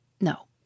No